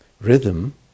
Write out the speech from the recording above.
rhythm